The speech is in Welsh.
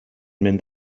mynd